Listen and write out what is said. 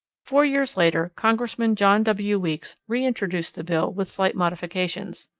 four years later congressman john w. weeks reintroduced the bill with slight modifications.